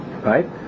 right